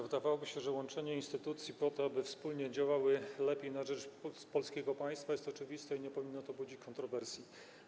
Wydawałoby się, że łączenie instytucji po to, aby lepiej wspólnie działały na rzecz polskiego państwa, jest oczywiste i nie powinno to budzić kontrowersji.